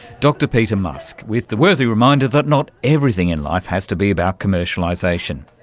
dr peter musk, with the worthy reminder that not everything in life has to be about commercialisation.